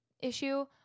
issue